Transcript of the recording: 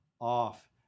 off